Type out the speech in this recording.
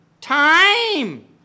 time